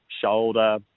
shoulder